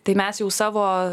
tai mes jau savo